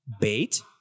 Bait